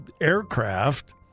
aircraft